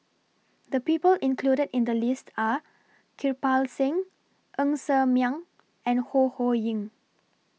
The People included in The list Are Kirpal Singh Ng Ser Miang and Ho Ho Ying